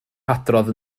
hadrodd